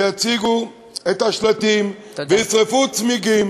ויציגו את השלטים וישרפו צמיגים